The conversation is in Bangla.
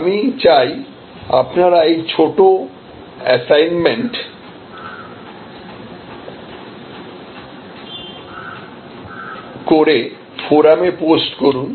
আমি চাই আপনারা এই একটা ছোট এসাইনমেন্ট করে ফোরামে পোস্ট করুন